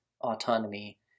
autonomy